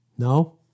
No